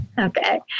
Okay